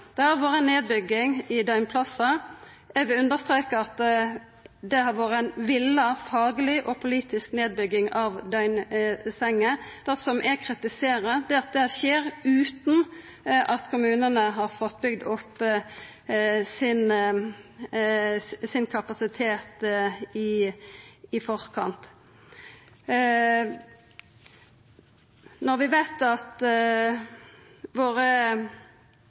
har vore ei villa fagleg og politisk nedbygging av døgnsenger. Det eg kritiserer, er at det skjer utan at kommunane har fått bygd opp sin kapasitet i forkant. Når vi veit at våre